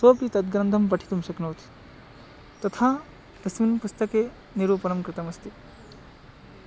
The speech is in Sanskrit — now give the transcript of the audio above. सोपि तद्ग्रन्थं पठितुं शक्नोति तथा तस्मिन् पुस्तके निरूपणं कृतमस्ति